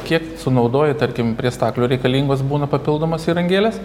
kiek sunaudoji tarkim prie staklių reikalingos būna papildomos įrangelės